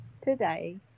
today